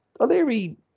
O'Leary